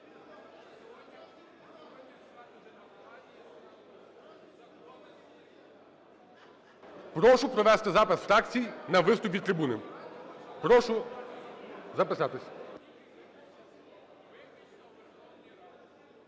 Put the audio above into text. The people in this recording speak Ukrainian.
Прошу провести запис фракцій на виступ від трибуни. Прошу записатись.